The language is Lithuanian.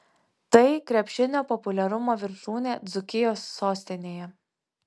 tai krepšinio populiarumo viršūnė dzūkijos sostinėje